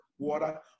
water